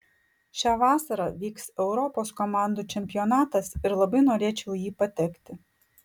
šią vasarą vyks europos komandų čempionatas ir labai norėčiau į jį patekti